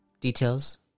details